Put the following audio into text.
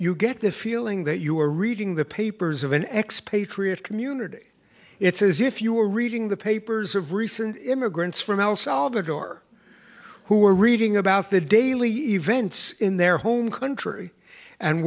you get the feeling that you are reading the papers of an expatriate community it's as if you were reading the papers of recent immigrants from el salvador who were reading about the daily events in their home country and